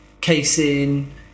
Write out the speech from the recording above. casein